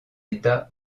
état